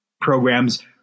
programs